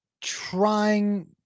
trying